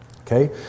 okay